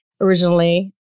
Originally